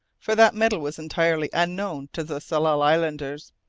for that metal was entirely unknown to the tsalal islanders.